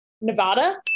Nevada